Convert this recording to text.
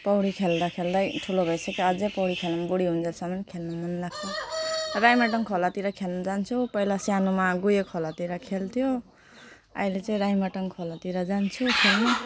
पौडी खेल्दा खेल्दै ठुलो भइसक्यो अझै पौडी खेल्नु बुढी हुइन्जेलसम्म खेल्नु मनलाग्छ राइमाटाङ खोलातिर खेल्नु जान्छु पहिला सानोमा गुहे खोलातिर खेल्थ्यो अहिले चाहिँ राइमाटाङ खोलातिर जान्छु खेल्नु